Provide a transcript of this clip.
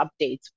updates